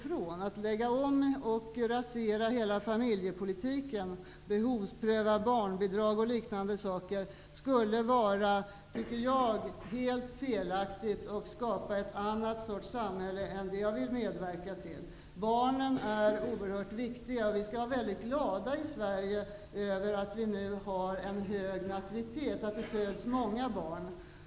Han vill att man skall lägga om och rasera hela familjepolitiken och att man t.ex. skall behovspröva barnbidrag. Jag tycker att detta skulle vara helt felaktigt och bidra till att skapa ett helt annat samhälle än det jag vill medverka till. Vi i Sverige skall vara väldigt glada över att vi nu har en hög nativitet, att det föds många barn.